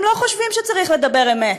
הם לא חושבים שצריך לדבר אמת.